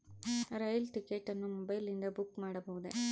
ರೈಲು ticket ಅನ್ನು ಮೊಬೈಲಿಂದ book ಮಾಡಬಹುದೆ?